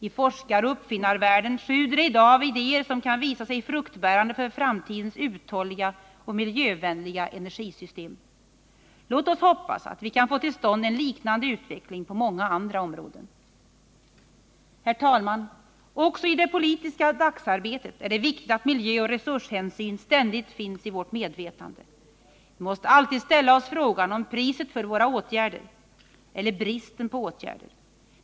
I forskaroch uppfinnarvärlden sjuder det i dag av idéer som kan visa sig fruktbärande för framtidens uthålliga och miljövänliga energisystem. Låt oss hoppas att vi kan få till stånd en liknande utveckling på många andra områden. Herr talman! Också i vårt politiska dagsarbete är det viktigt att miljöoch resurshänsyn ständigt finns i vårt medvetande. Vi måste alltid ställa oss frågan om priset för våra åtgärder eller bristen på åtgärder.